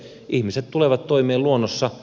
ihmiset tulevat toimeen luonnossa